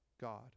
god